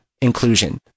Inclusion